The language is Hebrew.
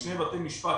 שני בתי-משפט,